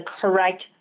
correct